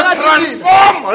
transform